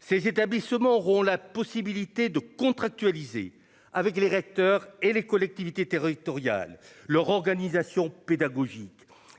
Ces établissements auront la possibilité de contractualiser avec les recteurs et les collectivités territoriales, leur organisation pédagogique